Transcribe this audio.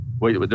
Wait